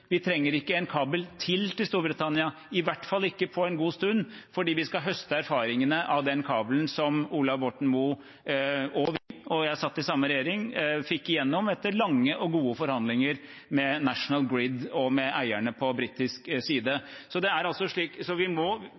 vi trenger ikke en kabel til til Storbritannia, i hvert fall ikke på en god stund, fordi vi skal høste erfaringene av den kabelen som Ola Borten Moe og vi – jeg satt i samme regjering – fikk gjennom etter lange og gode forhandlinger med National Grid og med eierne på britisk side. Vi må skille mellom hva vi